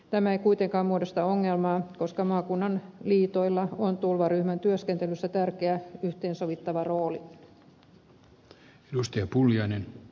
tämä ei kuitenkaan muodosta ongelmaa koska maakuntaliitoilla on turvaryhmän työskentelyssä tärkeä yhteensovittava rooli